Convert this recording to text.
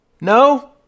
No